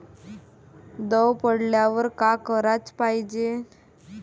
दव पडल्यावर का कराच पायजे?